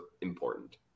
important